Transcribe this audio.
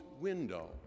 window